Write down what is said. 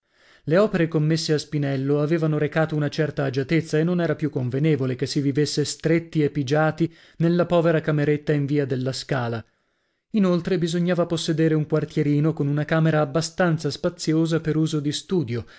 le opere commesse a spinello avevano recato una certa agiatezza e non era più convenevole che si vivesse stretti e pigiati nella povera cameretta in via della scala inoltre bisognava possedere un quartierino con una camera abbastanza spaziosa per uso di studio